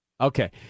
Okay